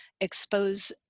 expose